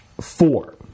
four